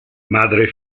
madre